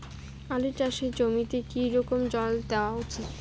আলু চাষের জমিতে কি রকম জল দেওয়া উচিৎ?